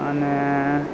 અને